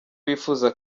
bifuza